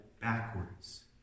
backwards